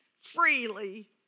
freely